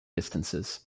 distances